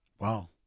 Wow